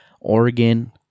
Oregon